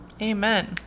Amen